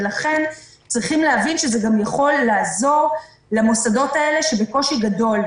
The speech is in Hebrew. ולכן צריכים להבין שזה גם יכול לעזור למוסדות האלה שנמצאים בקושי גדול.